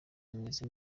ameze